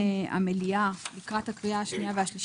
המליאה לקראת הקריאה השנייה והשלישית,